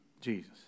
Jesus